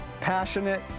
passionate